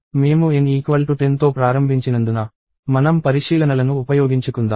మేము N10తో ప్రారంభించినందున మనం పరిశీలనలను ఉపయోగించుకుందాం